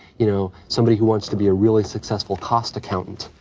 you know, somebody who wants to be a really successful cost accountant,